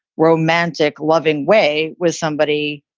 romantic, loving way with somebody,